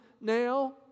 now